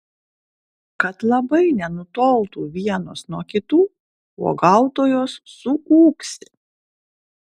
kad labai nenutoltų vienos nuo kitų uogautojos suūksi